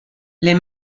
les